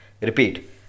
Repeat